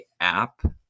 app